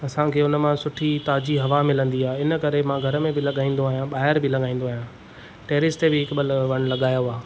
असांखे हुन मां सुठी ताज़ी हवा मिलंदी आहे हिन करे मां घर में बि लॻाईंदो आहियां ॿाहिरि बि लॻाईंदो आहियां टैरेस ते बि हिकु ॿ वण लॻायो आहे